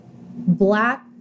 black